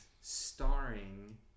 starring